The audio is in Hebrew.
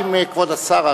האם כבוד השר?